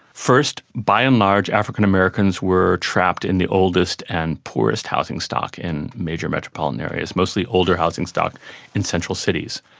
first, by and large african americans were trapped in the oldest and poorest housing stock in major metropolitan areas, mostly older housing stock in central cities.